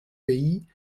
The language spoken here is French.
pays